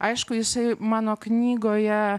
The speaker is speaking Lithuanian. aišku jisai mano knygoje